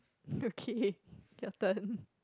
okay your turn